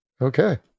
Okay